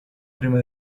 prima